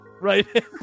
Right